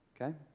Okay